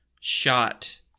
shot